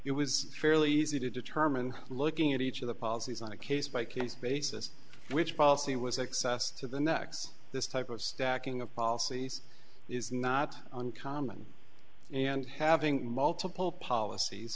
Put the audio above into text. it was fairly easy to determine looking at each of the policies on a case by case basis which policy was excess to the next this type of stacking of policies is not uncommon and having multiple policies